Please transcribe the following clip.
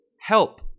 help